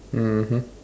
mmhmm